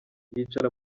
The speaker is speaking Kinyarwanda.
yicara